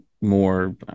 more